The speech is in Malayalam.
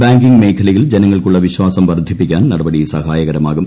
ബാങ്കിങ് മേഖലയിൽ ജനങ്ങൾക്കുള്ള വിശ്വാസം വർദ്ധിപ്പിക്കാൻ നടപടി സഹായകരമാകും